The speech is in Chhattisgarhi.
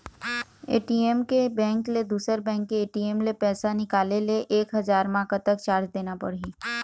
ए.टी.एम के बैंक ले दुसर बैंक के ए.टी.एम ले पैसा निकाले ले एक हजार मा कतक चार्ज देना पड़ही?